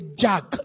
jack